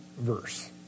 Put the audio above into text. verse